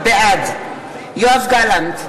בעד יואב גלנט,